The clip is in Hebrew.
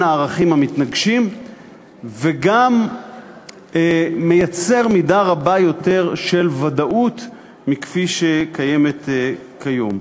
הערכים המתנגשים וגם מייצר מידה רבה יותר של ודאות מכפי שקיימת כיום.